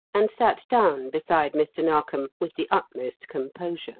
and sat down beside mr. narkom with the utmost composure